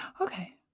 Okay